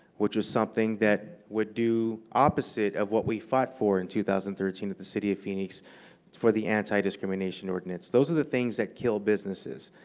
which was something that would do opposite of what we fought for in two thousand and thirteen at the city of phoenix for the antidiscrimination ordinance. those are the things that kill businesses.